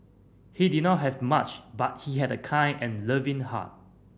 he did not have much but he had a kind and loving heart